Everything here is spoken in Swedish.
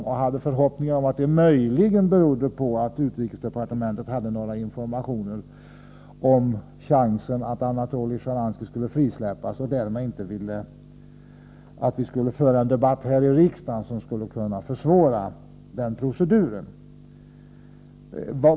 Jag hade förhoppningar om att det möjligen berodde på att utrikesdepartementet hade några informationer om chansen att Anatolij Sjtjaranskij skulle frisläppas och att man därmed inte ville att vi skulle föra en debatt i riksdagen som skulle kunna försvåra den proceduren.